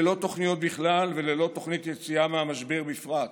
ללא תוכניות בכלל וללא תוכנית יציאה מהמשבר בפרט.